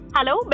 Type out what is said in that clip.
Hello